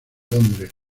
londres